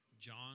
John